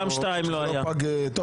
גם שתיים לא היה.